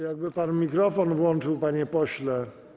Jakby pan mikrofon włączył, panie pośle.